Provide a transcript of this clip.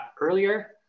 earlier